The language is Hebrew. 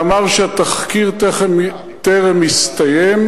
ואמר שהתחקיר טרם הסתיים.